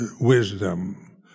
wisdom